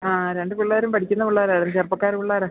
ആ രണ്ട് പിള്ളേരും പഠിക്കുന്ന പിള്ളേരാണ് ചെറുപ്പക്കാര് പിള്ളേരാണ്